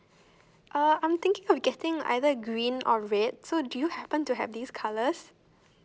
uh I'm thinking of getting either green or red so do you happen to have these colors